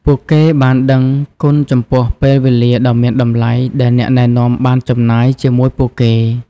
ពួកគេបានដឹងគុណចំពោះពេលវេលាដ៏មានតម្លៃដែលអ្នកណែនាំបានចំណាយជាមួយពួកគេ។